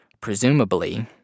Presumably